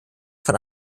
von